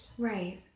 Right